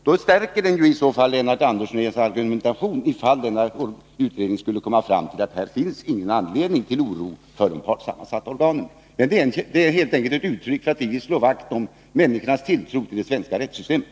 Det stärker i så fall Lennart Andersson i hans argumentation, i fall denna utredning skulle komma fram till att det inte finns någon anledning till oro för de partssammansatta organen. Vår reservation är helt enkelt ett uttryck för att vi vill slå vakt om människornas tilltro till det svenska rättssystemet.